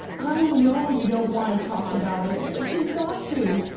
i know you don't want to talk about it, but you've got to.